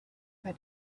but